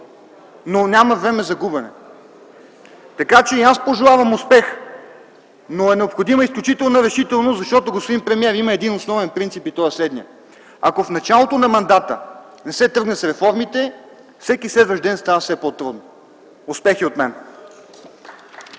Но няма време за губене. Така че и аз пожелавам успех, но е необходима изключителна решителност, защото, господин премиер, има един основен принцип и той е следният. Ако в началото на мандата не се тръгна с реформите, всеки следващ ден става все по-трудно. Успех и от мен!